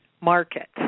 market